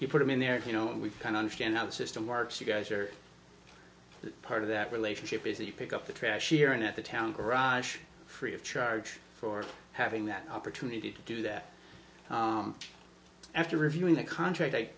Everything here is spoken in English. you put them in there you know we've kind understand how the system works you guys are part of that relationship is that you pick up the trash here and at the town garage free of charge for having that opportunity to do that after reviewing the contract